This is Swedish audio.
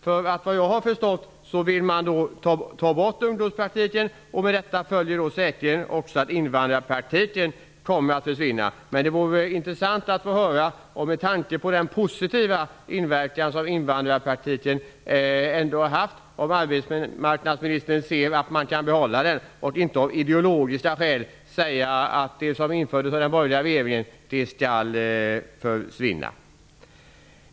Såvitt jag har förstått vill man ta bort ungdomspraktiken, och med detta följer säkert att också invandrarpraktiken kommer att försvinna. Med tanke på den positiva effekt som invandrarpraktiken ändå har haft vore det intressant att höra om arbetsmarknadsministern ser någon möjlighet att behålla den i stället för att av ideologiska skäl säga att det som infördes av den borgerliga regeringen skall försvinna.